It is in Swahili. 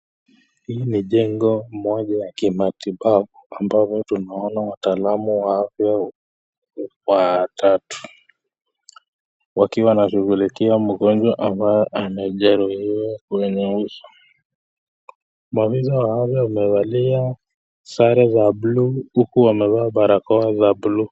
Hii ni jengo moja ya kimatibabu ambapo tunaona wataalamu wa afya watatu. Wakiwa wanashughulikia mgonjwa ambaye amejaruhiwa kwenye uso. Mafisa wa afya wamevaa sare za blue huku wamevaa barakoa za blue .